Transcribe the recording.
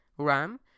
ram